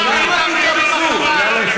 כמה הייתם מתרפסים, אראל מרגלית.